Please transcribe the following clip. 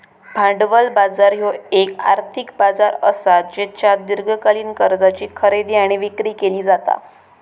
भांडवल बाजार ह्यो येक आर्थिक बाजार असा ज्येच्यात दीर्घकालीन कर्जाची खरेदी आणि विक्री केली जाता